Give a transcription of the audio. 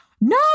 No